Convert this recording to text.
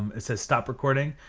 it says stop recording,